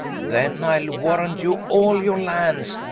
then ile warrant you all your lands,